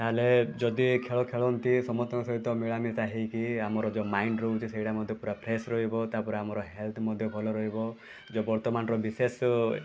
ତାହେଲେ ଯଦି ଖେଳ ଖେଳନ୍ତି ସମସ୍ତଙ୍କ ସହିତ ମିଳାମିଶା ହେଇକି ଆମର ଯେଉଁ ମାଇଣ୍ଡ ରହୁଛି ସେଇଟା ମଧ୍ୟ ପୂରା ଫ୍ରେସ୍ ରହିବ ତା'ପରେ ଆମ ହେଲ୍ଥ୍ ମଧ୍ୟ ଭଲ ରହିବ ଯେ ବର୍ତ୍ତମାନର ବିଶେଷ